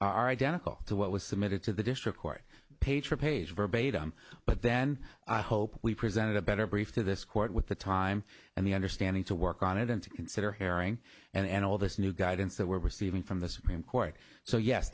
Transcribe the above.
are identical to what was submitted to the district court page from page verbatim but then i hope we presented a better brief to this court with the time and the understanding to work on it and to consider haring and all this new guidance that we're receiving from the supreme court so yes